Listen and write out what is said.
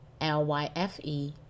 L-Y-F-E